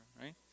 right